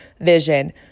vision